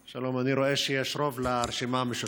שלום, אני רואה שיש רוב לרשימה המשותפת,